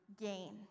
gain